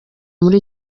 muri